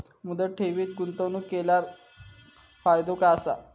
मुदत ठेवीत गुंतवणूक केल्यास फायदो काय आसा?